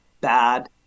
bad